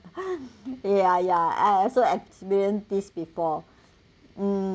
ya ya I also experience this before mm